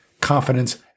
confidence